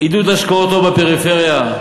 עידוד השקעות הון בפריפריה,